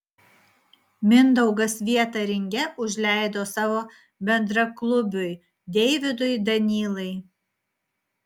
mindaugas vietą ringe užleido savo bendraklubiui deividui danylai